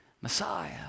Messiah